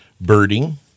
Birding